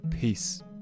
Peace